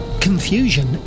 Confusion